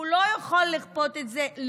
שהוא לא יכול לכפות את זה,